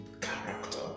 character